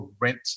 rent